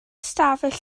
ystafell